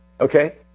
Okay